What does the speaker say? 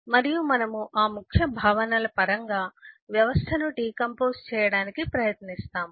మరియు మనము ఆ ముఖ్య భావనల పరంగా వ్యవస్థను డికంపోస్ చేయటానికి ప్రయత్నిస్తాము